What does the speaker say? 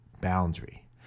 boundary